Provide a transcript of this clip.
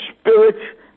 spirit